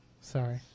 Sorry